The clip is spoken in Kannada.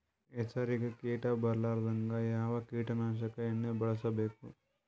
ಹೆಸರಿಗಿ ಕೀಟ ಬರಲಾರದಂಗ ಯಾವ ಕೀಟನಾಶಕ ಎಣ್ಣಿಬಳಸಬೇಕು?